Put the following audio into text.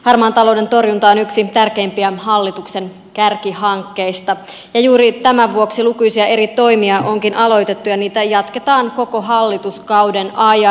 harmaan talouden torjunta on yksi tärkeimpiä hallituksen kärkihankkeista ja juuri tämän vuoksi lukuisia eri toimia onkin aloitettu ja niitä jatketaan koko hallituskauden ajan